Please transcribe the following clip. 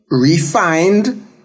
refined